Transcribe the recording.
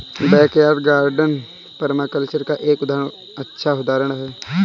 backyard garden permaculture का एक अच्छा उदाहरण हैं